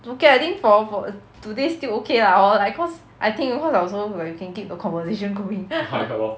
okay I think for for today still okay lah hor like cause I 听你 cause like also where I can keep the conversation going